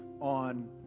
on